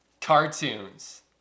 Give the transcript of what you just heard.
Cartoons